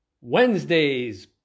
Wednesday's